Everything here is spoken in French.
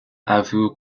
avoue